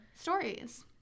stories